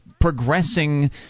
progressing